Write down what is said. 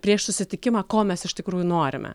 prieš susitikimą ko mes iš tikrųjų norime